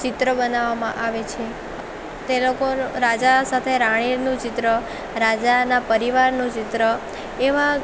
ચિત્ર બનાવવામાં આવે છે તે લોકો રાજા સાથે રાણીનું ચિત્ર રાજાના પરિવારનું ચિત્ર એવાં